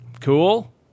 Cool